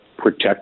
Protect